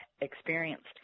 experienced